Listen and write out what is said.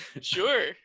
Sure